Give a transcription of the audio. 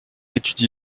étudie